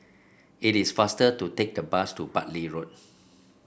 it is faster to take the bus to Bartley Road